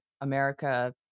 America